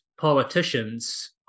politicians